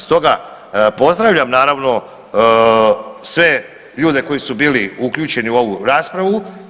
Stoga pozdravljam naravno sve ljude koji su bili uključeni u ovu raspravu.